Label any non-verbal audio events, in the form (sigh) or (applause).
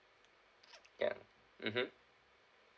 (noise) ya mmhmm